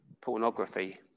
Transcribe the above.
pornography